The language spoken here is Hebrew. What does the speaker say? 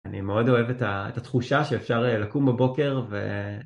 אני מאוד אוהב את ה... את התחושה שאפשר לקום בבוקר ו...